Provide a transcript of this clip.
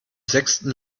sechsten